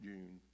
June